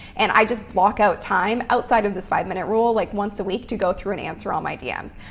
and i just block out time outside of this five minute rule, like once a week, to go through and answer all my dms.